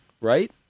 Right